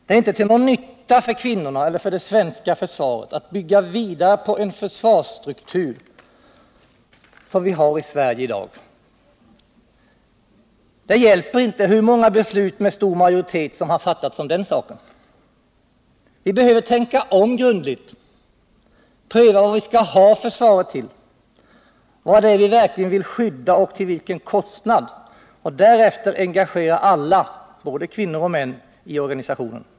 Det är inte till någon nytta vare sig för kvinnorna eller för svenska försvaret att bygga vidare på en försvarsstruktur som den vi har i Sverige i dag. Det hjälper inte hur många beslut med stor majoritet som har fattats om den saken. Vi behöver tänka om grundligt, pröva vad vi skall ha försvaret till, vad det är vi verkligen vill skydda och till vilken kostnad och därefter engagera alla, både kvinnor och män, i organisationen.